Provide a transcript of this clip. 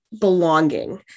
belonging